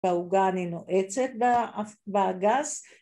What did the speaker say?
‫בעוגה אני נועצת באגס.